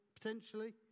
potentially